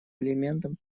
элементом